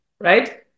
Right